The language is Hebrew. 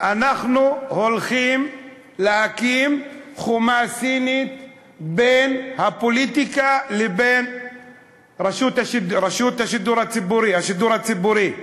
אנחנו הולכים להקים חומה סינית בין הפוליטיקה לבין השידור הציבורי,